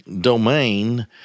domain